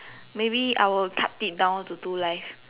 maybe I will cut it down to two life